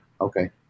okay